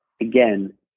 again